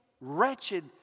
wretched